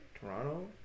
Toronto